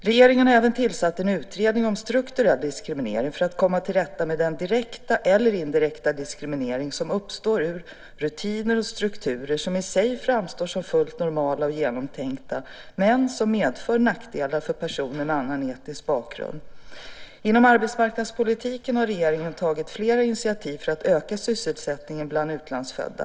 Regeringen har även tillsatt en utredning om strukturell diskriminering för att komma till rätta med den direkta eller indirekta diskrimineringen som uppstår ur rutiner och strukturer som i sig framstår som fullt normala och genomtänkta men som medför nackdelar för personer med annan etnisk bakgrund. Inom arbetsmarknadspolitiken har regeringen tagit flera initiativ för att öka sysselsättningen bland utlandsfödda.